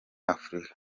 afurika